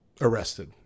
arrested